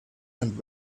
and